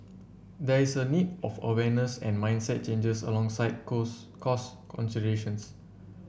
there is a need of awareness and mindset changes alongside cause cost considerations